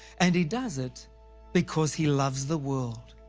and he does it because he loves the world.